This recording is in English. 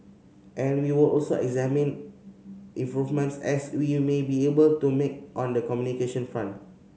and we will also examine improvements as we'll may be able to make on the communication front